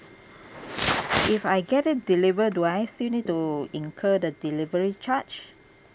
if I get it delivered do I still need to incur the delivery charge